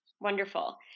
Wonderful